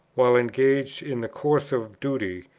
while engaged in the course of duty,